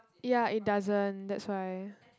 ya it doesn't that's why